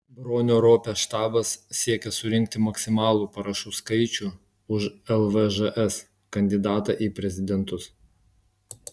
bronio ropės štabas siekia surinkti maksimalų parašų skaičių už lvžs kandidatą į prezidentus